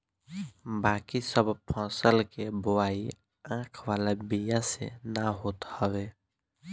बाकी सब फसल के बोआई आँख वाला बिया से ना होत हवे